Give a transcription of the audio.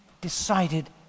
decided